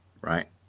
right